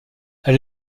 elle